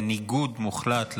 בניגוד מוחלט,